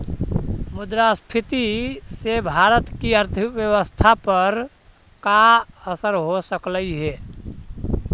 मुद्रास्फीति से भारत की अर्थव्यवस्था पर का असर हो सकलई हे